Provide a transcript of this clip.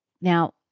Now